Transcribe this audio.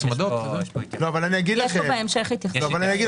יש כאן בהמשך התייחסות.